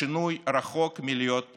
השינוי רחוק מלהיות מספק.